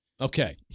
Okay